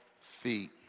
feet